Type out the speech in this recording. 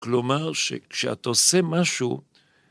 כלומר שכשאת עושה משהו